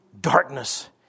darkness